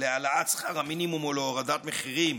להעלאת שכר המינימום או להורדת מחירים